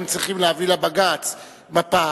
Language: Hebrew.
הם צריכים להביא לבג"ץ מפה.